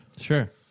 Sure